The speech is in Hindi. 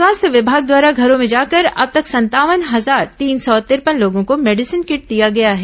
स्वास्थ्य विभाग द्वारा घरों भें जाकर अब तक संतावन हजार तीन सौ तिरपन लोगों को मेडिसीन किट दिया गया है